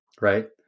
right